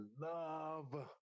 love